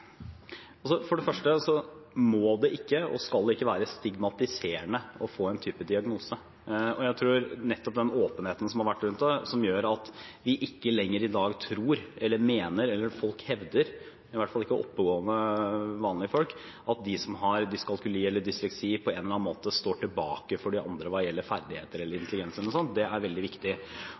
få en type diagnose. Jeg tror nettopp den åpenheten som har vært rundt det, gjør at vi ikke lenger i dag tror eller mener eller folk hevder, i hvert fall ikke oppegående, vanlige folk, at de som har dyskalkuli eller dysleksi på en eller annen måte står tilbake for de andre hva gjelder ferdigheter eller intelligens eller noe sånt. Det er veldig viktig.